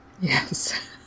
Yes